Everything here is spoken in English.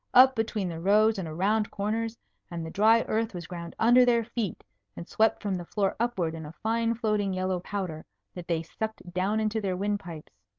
up between the rows and around corners and the dry earth was ground under their feet and swept from the floor upward in a fine floating yellow powder that they sucked down into their windpipes,